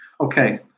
Okay